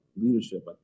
leadership